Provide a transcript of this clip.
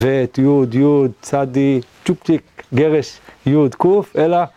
בי״ת, יו״ד, יו״ד, צדי״ק, צ׳ופצ׳יק, גרש, יו״ד, קו״ף, אלא…